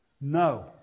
No